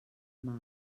mar